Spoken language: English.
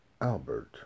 Albert